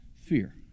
fear